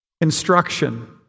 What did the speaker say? instruction